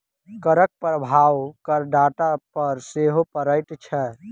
करक प्रभाव करदाता पर सेहो पड़ैत छै